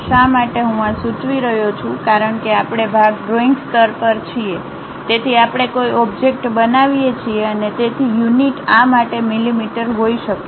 શા માટે હું આ સૂચવી રહ્યો છું કારણ કે આપણે ભાગ ડ્રોઇંગ સ્તર પર છીએ તેથી આપણે કોઈ ઓબ્જેક્ટ બનાવીએ છીએ અને તેથી યુનિટ આ માટે મીમી હોઈ શકે છે